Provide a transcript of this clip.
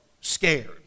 scared